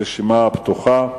הרשימה פתוחה,